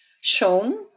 shown